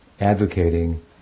advocating